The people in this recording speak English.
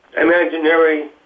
imaginary